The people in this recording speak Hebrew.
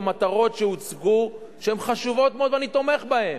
מטרות שהוצגו שהן חשובות מאוד ואני תומך בהן,